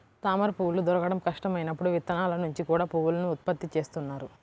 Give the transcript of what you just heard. తామరపువ్వులు దొరకడం కష్టం అయినప్పుడు విత్తనాల నుంచి కూడా పువ్వులను ఉత్పత్తి చేస్తున్నారు